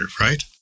right